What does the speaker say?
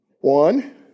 One